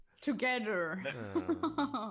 together